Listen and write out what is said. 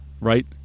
right